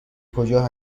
کجا